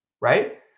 right